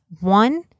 One